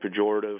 pejorative